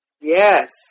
Yes